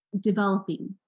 developing